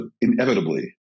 inevitably